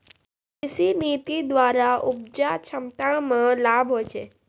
कृषि नीति द्वरा उपजा क्षमता मे लाभ हुवै छै